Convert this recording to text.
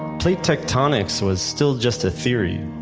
plate tectonics was still just a theory,